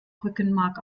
rückenmark